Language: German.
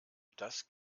das